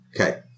Okay